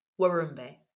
Warumbe